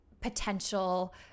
potential